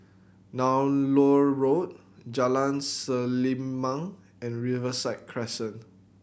Nallur Road Jalan Selimang and Riverside Crescent